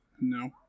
No